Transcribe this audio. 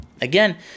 Again